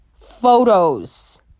photos